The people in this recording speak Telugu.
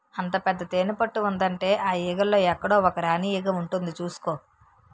అంత పెద్ద తేనెపట్టు ఉందంటే ఆ ఈగల్లో ఎక్కడో ఒక రాణీ ఈగ ఉంటుంది చూసుకో